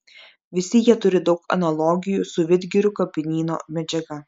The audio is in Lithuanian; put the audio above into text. visi jie turi daug analogijų su vidgirių kapinyno medžiaga